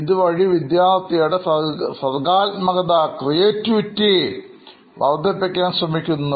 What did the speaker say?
ഇതുവഴി വിദ്യാർത്ഥിയുടെ സർഗ്ഗാത്മകത വർധിപ്പിക്കാൻ ശ്രമിക്കുന്നു